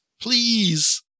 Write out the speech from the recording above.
please